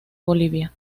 bolivia